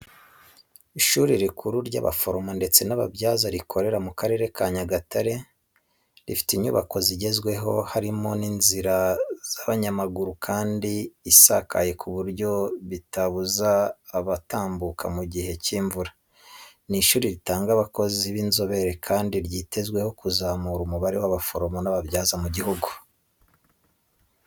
Ishuri rikuru ry'abaforomo ndetse n'ababyaza rikorera mu Karere ka Nyagatare. Rifite inyubako zigezweho harimo n'inzira y'abanyamaguru kandi isakaye ku buryo bitabuza abatambuka mu gihe cy'imvura. Ni ishuri ritanga abakozi b'inzobere kandi ryitezweho kuzamura umubare w'abaforomo n'ababyaza mu gihugu.